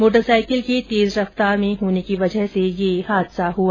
motorcycle के तेज रफ्तार में होने की वजह से हादसा हुआ